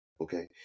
okay